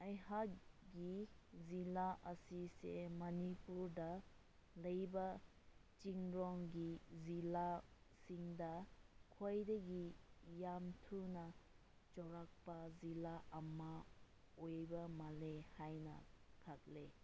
ꯑꯩꯍꯥꯛꯀꯤ ꯖꯤꯜꯂꯥ ꯑꯁꯤꯁꯦ ꯃꯅꯤꯄꯨꯔꯗ ꯂꯩꯕ ꯆꯤꯡꯂꯣꯝꯒꯤ ꯖꯤꯜꯂꯥꯁꯤꯡꯗ ꯈ꯭ꯋꯥꯏꯗꯒꯤ ꯌꯥꯝ ꯊꯨꯅ ꯆꯥꯎꯔꯛꯄ ꯖꯤꯜꯂꯥ ꯑꯃ ꯑꯣꯏꯕ ꯃꯥꯜꯂꯦ ꯍꯥꯏꯅ ꯈꯜꯂꯦ